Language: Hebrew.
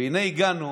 והינה הגענו